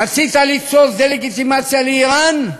רצית ליצור דה-לגיטימציה לאיראן,